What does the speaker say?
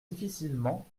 difficilement